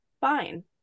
fine